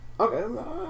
Okay